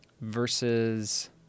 versus –